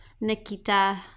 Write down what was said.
Nikita